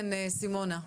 כן, סימונה.